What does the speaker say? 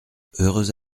heureuse